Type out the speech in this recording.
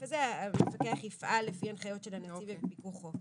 הזה המפקח יפעל לפי הנחיות של הנציב ובפיקוחו.